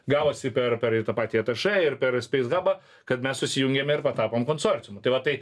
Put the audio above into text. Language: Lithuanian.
gavosi per per ir tą patį atš ir per speis habą kad mes susijungėm ir patapom konsorciumu tai va tai